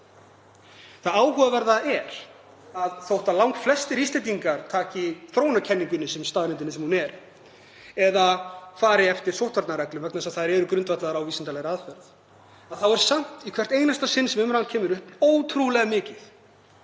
Það áhugaverða er að þótt langflestir Íslendingar taki þróunarkenningunni sem staðreyndinni sem hún er eða fari eftir sóttvarnareglum vegna þess að þær eru grundvallaðar á vísindalegri aðferð er samt, í hvert einasta sinn sem umræða kemur upp, ótrúlega mikið